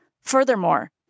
Furthermore